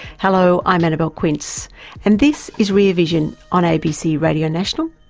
hello, i'm annabelle quince and this is rear vision on abc radio national,